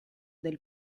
del